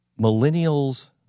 millennials